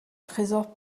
tresors